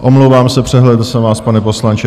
Omlouvám se, přehlédl jsem vás, pane poslanče.